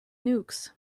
nukes